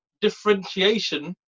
differentiation